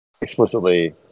explicitly